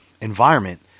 environment